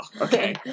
Okay